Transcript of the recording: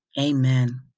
Amen